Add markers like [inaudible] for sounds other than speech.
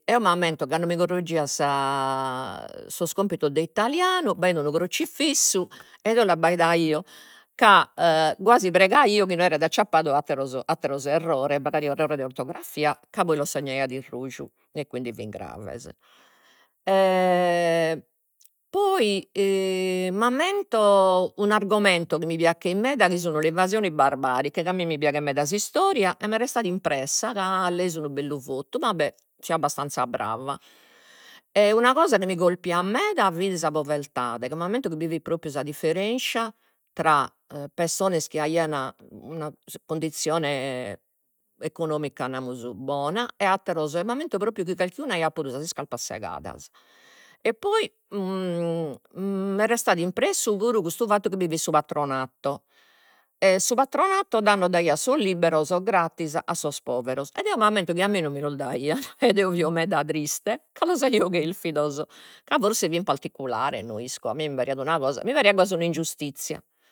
Eo m'ammento cando mi curreggiat sa [hesitation] sos compitos de italianu b'aiat unu cruzifissu ed eo l'abbaidaio ca quasi pregaio chi no aeret acciappadu atteros atteros errores, magari errore de ortografia, ca poi los segnaiat in ruju, e quindi fin graves [hesitation] poi [hesitation] m'ammento un'argomento chi mi piacheit meda chi sun le invasioni barbariche ca a mia mi piaghet meda s'istoria e m'est restada impressa ca leesi unu bellu votu, va bè, fio abbastanza brava. E una cosa chi mi colpiat meda fit sa povertade ca m'ammento chi fit propriu sa differenscia tra pessones chi aian una condizione economica namus bona e atteros, e m'ammento propriu chi calchi unu aiat puru sas iscarpas segadas, e poi [hesitation] m'est restadu impressu puru custu fattu chi bi fit su patronato, e su patronato tando daiat sos libberos gratis a sos poveros ed eo m'ammento chi a mie non mi los daian [laughs] ed eo fio meda triste, ca los aio cherfidos, ma forsis fin particulares no isco, a mie mi pariat una cosa, mi pariat quasi un'ingiustizia